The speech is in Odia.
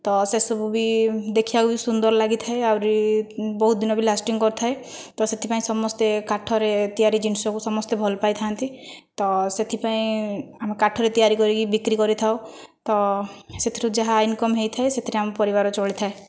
ତ ସେସବୁ ବି ଦେଖିବାକୁ ସୁନ୍ଦର ଲାଗିଥାଏ ଆହୁରି ବହୁତ ଦିନ ବି ଲାଷ୍ଟିଙ୍ଗ କରିଥାଏ ତ ସେଥିପାଇଁ ସମସ୍ତେ କାଠରେ ତିଆରି ଜିନିଷକୁ ସମସ୍ତେ ଭଲ ପାଇଥାନ୍ତି ତ ସେଥିପାଇଁ ଆମେ କାଠରେ ତିଆରି କରିକି ବିକ୍ରି କରିଥାଉ ତ ସେଥିରୁ ଯାହା ଇନ୍କମ୍ ହୋଇଥାଏ ସେଥିରେ ଆମ ପରିବାର ଚଳିଥାଏ